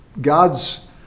god's